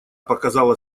показала